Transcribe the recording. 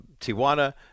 tijuana